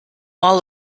all